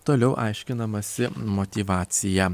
toliau aiškinamasi motyvacija